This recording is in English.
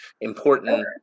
important